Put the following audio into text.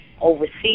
overseas